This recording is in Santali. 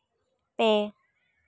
ᱯᱮ